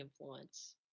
influence